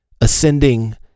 ascending